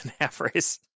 half-race